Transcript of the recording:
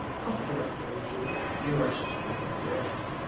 properly operated us type of reactor.